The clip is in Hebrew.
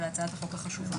על הצעת החוק החשובה.